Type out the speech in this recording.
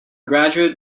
graduate